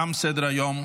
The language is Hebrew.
תם סדר-היום.